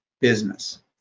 business